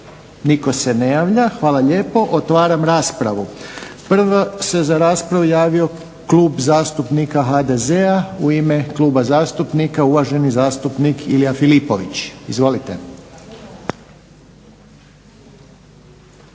Nitko se ne javlja. Hvala lijepo. Otvaram raspravu. Prvo se za raspravu javio Klub zastupnika HDZ-a. U ime kluba zastupnik uvaženi zastupnik Ilija Filipović. Izvolite.